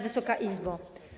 Wysoka Izbo!